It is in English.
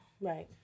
Right